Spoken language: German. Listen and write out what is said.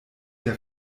der